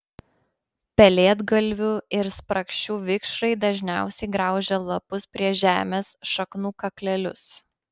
pelėdgalvių ir sprakšių vikšrai dažniausiai graužia lapus prie žemės šaknų kaklelius